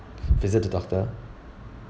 visit the doctor